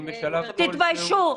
תתביישו.